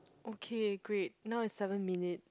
okay great now is seven minute